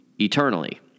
eternally